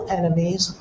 enemies